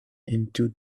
into